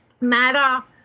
Matter